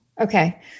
Okay